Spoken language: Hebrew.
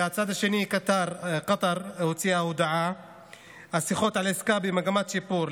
מהצד השני קטר הוציאה הודעה שלפיה השיחות על עסקה במגמת שיפור.